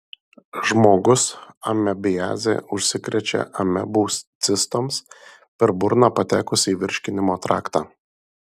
žmogus amebiaze užsikrečia amebų cistoms per burną patekus į virškinimo traktą